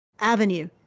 avenue